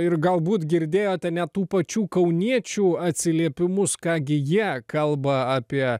ir galbūt girdėjote net tų pačių kauniečių atsiliepimus ką gi jie kalba apie